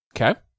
Okay